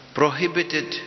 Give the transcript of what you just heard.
prohibited